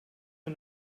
mir